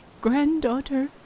granddaughter